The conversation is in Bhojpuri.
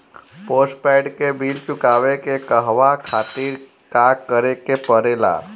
पोस्टपैड के बिल चुकावे के कहवा खातिर का करे के पड़ें ला?